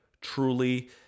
truly